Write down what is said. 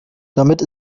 damit